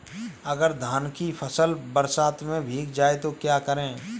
अगर धान की फसल बरसात में भीग जाए तो क्या करें?